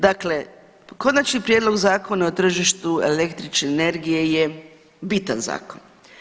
Dakle, Konačni prijedlog Zakona o tržištu električne energije je bitan zakon.